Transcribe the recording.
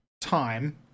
time